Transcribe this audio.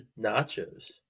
nachos